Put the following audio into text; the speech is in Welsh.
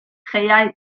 chaeau